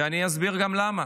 ואני אסביר גם למה.